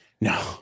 no